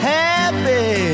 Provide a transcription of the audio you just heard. happy